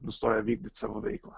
nustoja vykdyt savo veiklą